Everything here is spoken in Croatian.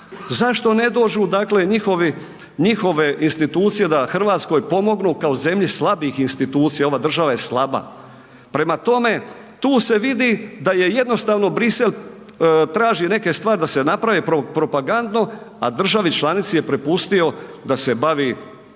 dakle njihovi, njihove institucije da Hrvatskoj pomognu kao zemlji slabih institucija, ova država je slaba. Prema tome, tu se vidi da je jednostavno Bruxelles traži neke stvari da se naprave propagandno, a državi članici je prepustio da se bavi svojim